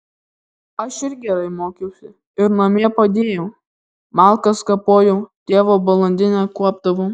aš ir gerai mokiausi ir namie padėjau malkas kapojau tėvo balandinę kuopdavau